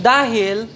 Dahil